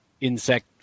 insect